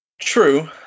true